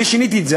אני שיניתי את זה,